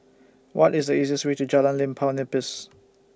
What IS The easiest Way to Jalan Limau Nipis